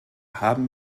haben